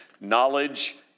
knowledge